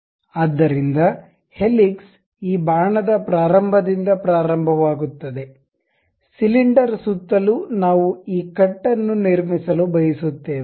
ಆದ್ದರಿಂದ ಹೆಲಿಕ್ಸ್ ಈ ಬಾಣದ ಪ್ರಾರಂಭದಿಂದ ಪ್ರಾರಂಭವಾಗುತ್ತದೆ ಸಿಲಿಂಡರ್ ಸುತ್ತಲೂ ನಾವು ಈ ಕಟ್ ಅನ್ನು ನಿರ್ಮಿಸಲು ಬಯಸುತ್ತೇವೆ